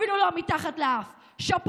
אפילו לא מתחת לאף.